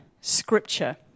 scripture